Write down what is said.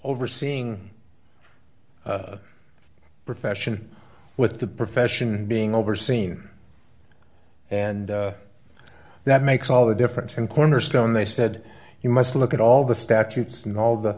overseeing profession with the profession being overseen and that makes all the difference in cornerstone they said you must look at all the statutes and all the